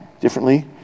differently